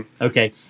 Okay